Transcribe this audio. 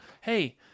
hey